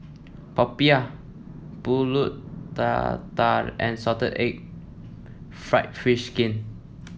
popiah pulut tatal and Salted Egg fried fish skin